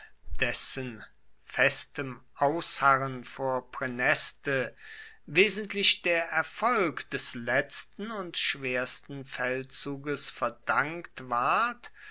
dessen festem ausharren vor praeneste wesentlich der erfolg des letzten und schwersten feldzuges verdankt ward